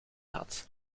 had